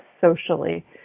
socially